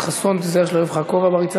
חבר הכנסת חסון, תיזהר שלא יעוף לך הכובע בריצה.